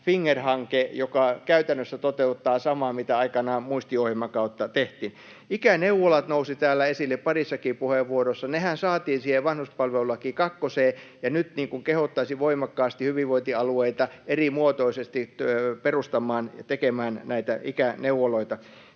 FINGER-hanke, joka käytännössä toteuttaa samaa, mitä aikanaan muistiohjelman kautta tehtiin. Ikäneuvolat nousivat täällä esille parissakin puheenvuorossa. Nehän saatiin siihen vanhuspalvelulaki kakkoseen, ja nyt kehottaisin voimakkaasti hyvinvointialueita erimuotoisesti perustamaan ja tekemään näitä ikäneuvoloita.